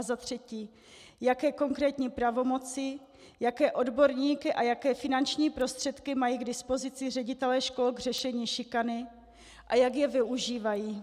Za třetí, jaké konkrétní pravomoci, jaké odborníky a jaké finanční prostředky mají k dispozici ředitelé škol k řešení šikany a jak je využívají.